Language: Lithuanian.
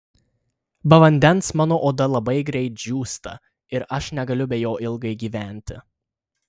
be vandens mano oda labai greit džiūsta ir aš negaliu be jo ilgai gyventi